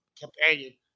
companion